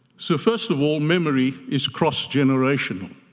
so, first of all, memory is cross-generational.